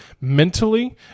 mentally